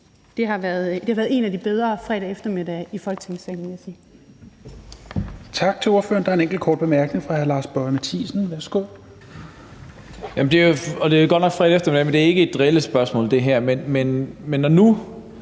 Det har været en af de bedre fredage eftermiddage i Folketingssalen,